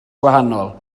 gwahanol